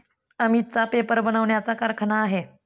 अमितचा पेपर बनवण्याचा कारखाना आहे